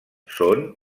són